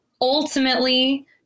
Ultimately